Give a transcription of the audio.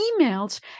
emails